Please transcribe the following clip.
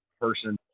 person